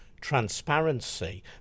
transparency